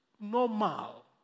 normal